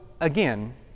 again